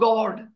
God